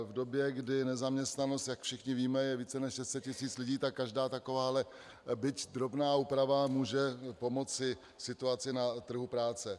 V době, kdy nezaměstnanost, jak všichni víme, je více než 600 tisíc lidí, tak každá takováhle byť drobná úprava může pomoci situaci na trhu práce.